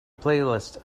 playlist